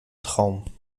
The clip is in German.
traum